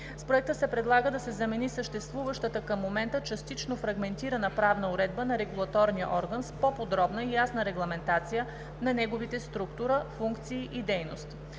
С Проекта се предлага да се замени съществуващата към момента частично фрагментарна правна уредба на регулаторния орган с по подробна и ясна регламентация на неговите структура, функции и дейност.